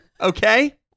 Okay